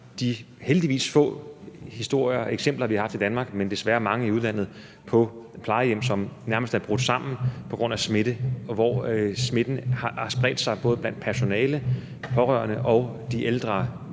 de heldigvis få eksempler, vi har haft i Danmark – men desværre mange i udlandet – på plejehjem, som nærmest er brudt sammen på grund af smitte, og hvor smitten har spredt sig både blandt personalet, de pårørende og de ældre med meget,